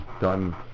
done